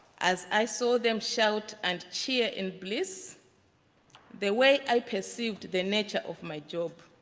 as i saw them shout and cheer in bliss the way i perceived the nature of my job,